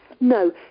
No